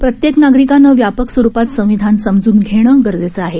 प्रत्येक नागरिकांनं व्यापक स्वरुपात संविधान समजून घेणं गरजेचं आहे